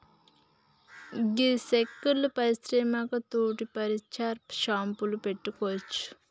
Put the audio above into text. గీ సెక్క పరిశ్రమ తోటి ఫర్నీచర్ షాపులు పెట్టుకోవచ్చు